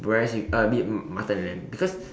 whereas you uh mutton and lamb because